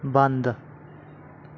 ਬੰਦ